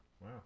Wow